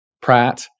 pratt